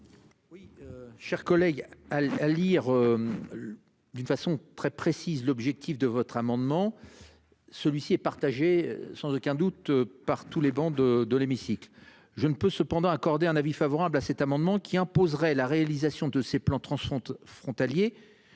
Oui, chers collègues. À la lire. D'une façon très précise l'objectif de votre amendement. Celui-ci est partagé sans aucun doute par tous les bancs de de l'hémicycle. Je ne peux cependant accordé un avis favorable à cet amendement qui imposerait la réalisation de ces plans transfrontières